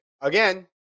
Again